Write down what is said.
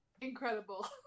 incredible